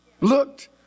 looked